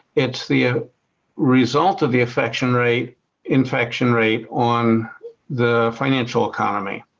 it's the ah result of the infection rate infection rate on the financial economy.